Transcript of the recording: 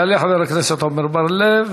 יעלה חבר הכנסת עמר בר-לב,